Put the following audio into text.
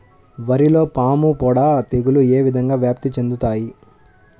వరిలో పాముపొడ తెగులు ఏ విధంగా వ్యాప్తి చెందుతాయి?